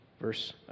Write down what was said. Verse